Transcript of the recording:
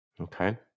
Okay